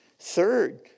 Third